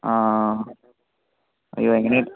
ആ അയ്യോ എങ്ങനെയെങ്കിലും